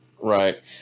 right